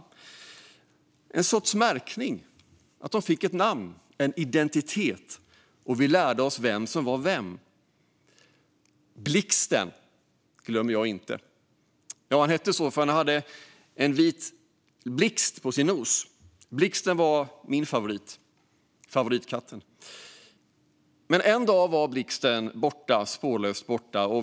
Det var en sorts märkning att de fick ett namn, en identitet, och vi lärde oss vem som var vem. Blixten glömmer jag inte. Han hette så för att han hade en vit blixt på sin nos. Blixten var min favorit, favoritkatten. Men en dag var Blixten spårlöst borta.